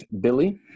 Billy